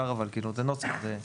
נדבר על זה.